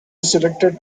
selected